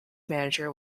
manager